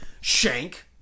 shank